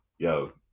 yo